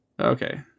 Okay